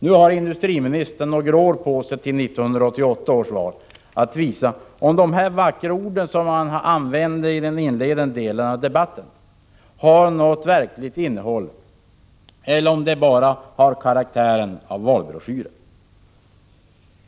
Nu har industriministern några år på sig före 1988 års val att visa om de vackra ord som han använde i den inledande delen av debatten har något verkligt innehåll eller om de bara har karaktären av valbroschyr.